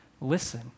listen